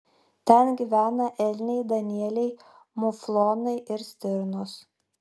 ten gyvena elniai danieliai muflonai ir stirnos